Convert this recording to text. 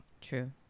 true